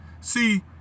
See